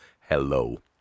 Hello